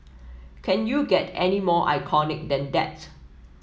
can you get any more iconic than that